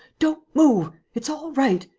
don't move. it's all right.